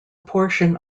portion